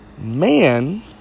man